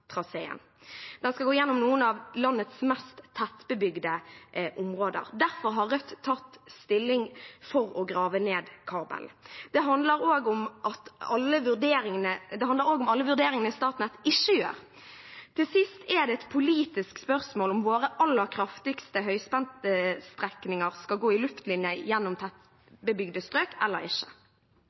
Den skal gå gjennom noen av landets mest tettbebygde områder. Derfor har Rødt tatt stilling for å grave ned kabelen. Det handler også om alle vurderingene Statnett ikke gjør. Til sist er det et politisk spørsmål om våre aller kraftigste høyspentstrekninger skal gå i luftlinje gjennom tettbebygde strøk eller ikke.